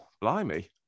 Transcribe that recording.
blimey